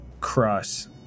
cross